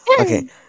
Okay